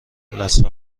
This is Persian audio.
لثه